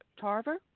Tarver